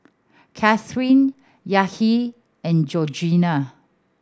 Kathryn Yahir and Georgiann